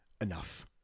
enough